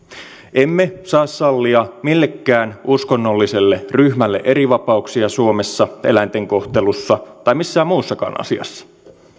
emme saa sallia millekään uskonnolliselle ryhmälle erivapauksia suomessa eläinten kohtelussa tai missään muussakaan asiassa